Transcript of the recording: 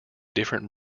different